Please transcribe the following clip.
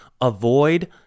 avoid